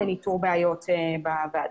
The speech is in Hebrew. לניטור בעיות בוועדה.